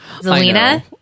Zelina